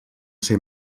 ser